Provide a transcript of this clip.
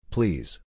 Please